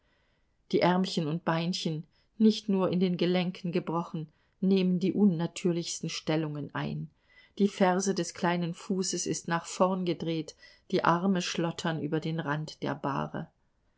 die ärmchen und beinchen nicht nur in den gelenken gebrochen nehmen die unnatürlichsten stellungen ein die ferse des kleinen fußes ist nach vorn gedreht die arme schlottern über den rand der bahre